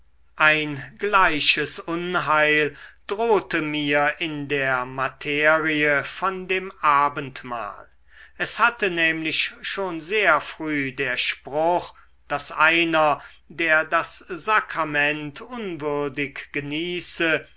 ein gleiches unheil drohte mir in der materie von dem abendmahl es hatte nämlich schon sehr früh der spruch daß einer der das sakrament unwürdig genieße